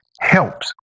helps